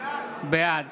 בעד